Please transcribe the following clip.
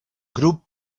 grup